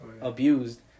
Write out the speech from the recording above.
Abused